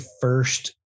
first